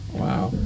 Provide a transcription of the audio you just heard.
wow